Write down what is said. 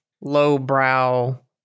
lowbrow